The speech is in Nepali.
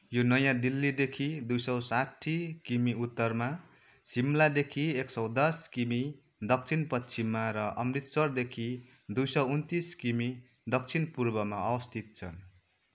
यो नयाँ दिल्लीदेखि दुई सौ साट्ठी किमी उत्तरमा शिमलादेखि एक सौ दस किमी दक्षिणपश्चिममा र अमृतसरदेखि दुई सौ उन्तिस किमी दक्षिणपूर्वमा अवस्थित छ